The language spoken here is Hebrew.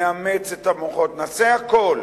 נאמץ את המוחות, נעשה את הכול,